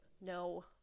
no